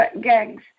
gangs